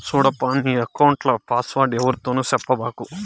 సూడప్పా, నీ ఎక్కౌంట్ల పాస్వర్డ్ ఎవ్వరితోనూ సెప్పబాకు